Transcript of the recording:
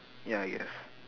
ya I guess